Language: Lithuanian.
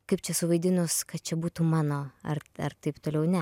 kaip čia suvaidinus kad čia būtų mano ar ar taip toliau ne